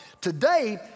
Today